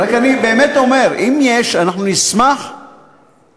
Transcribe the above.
אני רק באמת אומר: אם יש, אנחנו נשמח לדעת.